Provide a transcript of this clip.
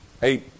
Hey